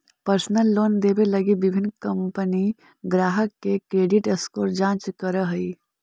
personal loan देवे लगी विभिन्न कंपनि ग्राहक के क्रेडिट स्कोर जांच करऽ हइ